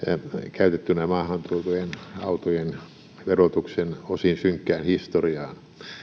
käytettynä maahan tuotujen autojen verotuksen osin synkkää historiaa